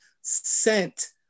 sent